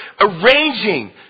arranging